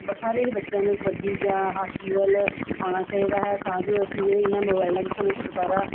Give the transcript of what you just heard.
ਬ ਸਾਰੇ ਹੀ ਬੱਚਿਆਂ ਨੂੰ ਕਬੱਡੀ ਜਾਂ ਹਾਕੀ ਵੱਲ ਆਉਣਾ ਚਾਹੀਦਾ ਹੈ ਤਾਂ ਜੋ ਅਸੀਂ ਜਿਹੜੇ ਇਹਨਾਂ ਮੋਬਾਈਲਾਂ ਤੋਂ ਸਾਨੂੰ ਛੁਟਕਾਰਾ